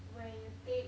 when you take